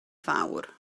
fawr